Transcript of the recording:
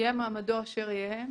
יהיה מעמדו אשר יהיה,